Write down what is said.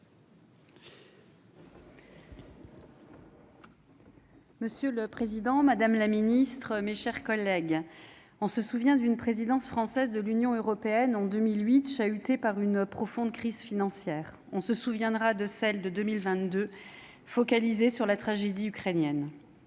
Monsieur le Président, Madame la Ministre, mes chers collègues, on se souvient d'une présidence française de l'Union européenne en 2008, chahuté par une profonde crise financière, on se souviendra de celle de 2022 focalisée sur la tragédie ukrainienne,